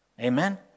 Amen